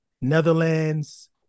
Netherlands